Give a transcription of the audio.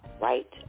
right